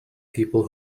people